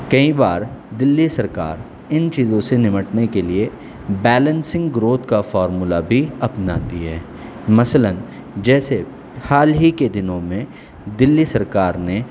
کئی بار دہلی سرکار ان چیزوں سے نمٹنے کے لیے بیلنسنگ گروتھ کا فارمولا بھی اپناتی ہے مثلاً جیسے حال ہی کے دنوں میں دہلی سرکار نے